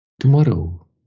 Tomorrow